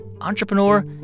entrepreneur